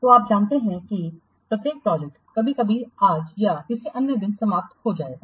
तो आप जानते हैं कि प्रत्येक प्रोजेक्ट कभी कभी आज या किसी अन्य दिन समाप्त हो जाएगा